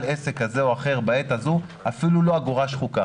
עסק כזה או אחר בעת הזו אפילו לא אגורה שחוקה.